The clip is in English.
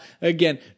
Again